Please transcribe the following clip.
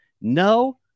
No